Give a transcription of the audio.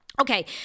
Okay